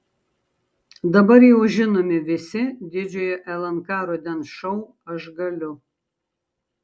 dabar jau žinomi visi didžiojo lnk rudens šou aš galiu